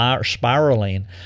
spiraling